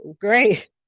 great